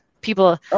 People